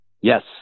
Yes